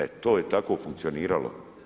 E to je tako funkcioniralo.